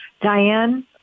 Diane